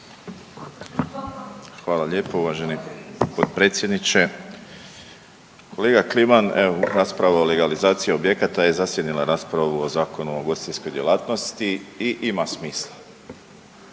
Hvala lijepo uvaženi potpredsjedniče. Kolega Kliman evo rasprava o legalizaciji objekata je zasjenila raspravu o Zakonu o ugostiteljskoj djelatnosti i ima smisla.